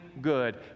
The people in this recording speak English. good